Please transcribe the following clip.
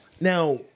Now